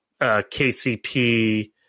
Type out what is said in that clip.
KCP